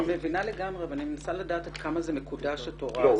אני מבינה לגמרי אבל אני מנסה לדעת עד כמה מקודשת התורה הזאת.